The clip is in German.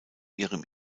ihrem